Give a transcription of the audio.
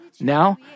Now